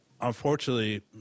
unfortunately